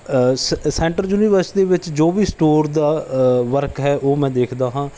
ਸ centre university ਵਿੱਚ ਜੋ ਵੀ ਸਟੋਰ ਦਾ ਵਰਕ ਹੈ ਉਹ ਮੈਂ ਦੇਖਦਾ ਹਾਂ